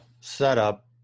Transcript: setup